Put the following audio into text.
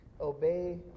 Obey